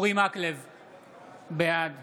בעד